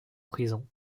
prison